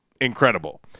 incredible